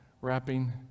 wrapping